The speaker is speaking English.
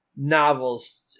novels